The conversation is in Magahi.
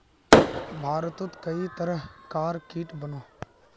भारतोत कई तरह कार कीट बनोह